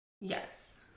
yes